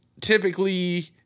typically